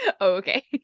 okay